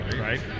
right